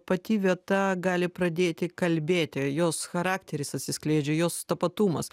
pati vieta gali pradėti kalbėti jos charakteris atsiskleidžia jos tapatumas